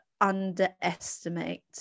underestimate